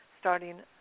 starting